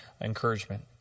encouragement